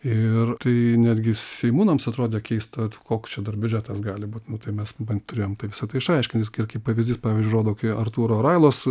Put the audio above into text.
ir tai netgi seimūnams atrodė keista koks čia dar biudžetas gali būt nu tai mes bent turėjom tai visa tai išaiškint ir kaip pavyzdys pavyzdžiui rodau kai artūro railos